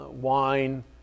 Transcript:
Wine